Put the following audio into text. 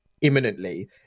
imminently